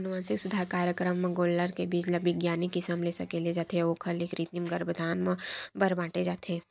अनुवांसिक सुधार कारयकरम म गोल्लर के बीज ल बिग्यानिक किसम ले सकेले जाथे अउ ओखर ले कृतिम गरभधान बर बांटे जाथे